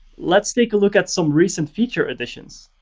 let's take a look at some recent feature additions.